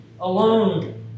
alone